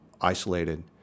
isolated